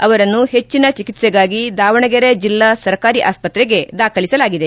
ಅವರನ್ನು ಹೆಚ್ಚಿನ ಚಿಕ್ಸೆಗಾಗಿ ದಾವಣಗೆರೆ ಜಿಲ್ಲಾ ಸರ್ಕಾರಿ ಆಸ್ಪತ್ರೆಗೆ ದಾಖಲಿಸಲಾಗಿದೆ